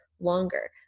longer